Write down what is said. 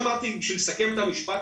ביקשנו לעדכן את התנאים ברשיון